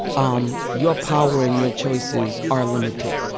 um your power and your choices are limited.